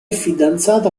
fidanzata